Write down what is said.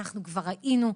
כבר היינו.